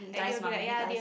guys mah maybe guys